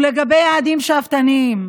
ולגבי יעדים שאפתניים,